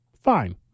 Fine